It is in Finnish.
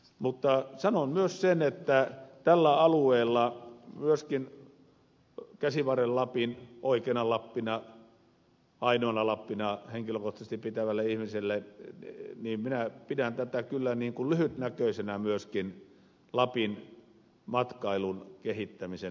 mutta sanon myös sen että käsivarren lappia oikeana lappina ainoana lappina henkilökohtaisesti pitävänä ihmisenä pidän tätä kyllä lyhytnäköisenä myöskin lapin matkailun kehittämisen näkökulmasta